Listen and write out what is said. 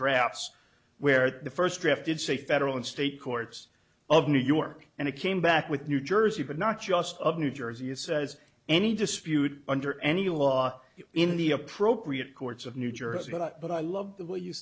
drafts where the first draft did say federal and state courts of new york and it came back with new jersey but not just of new jersey says any dispute under any law in the appropriate courts of new jersey but i love the way you